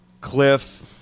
Cliff